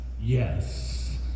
Yes